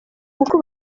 kuko